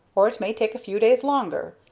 or it may take a few days longer.